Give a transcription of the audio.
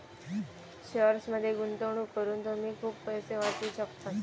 शेअर्समध्ये गुंतवणूक करून तुम्ही खूप पैसे वाचवू शकतास